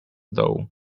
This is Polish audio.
dołu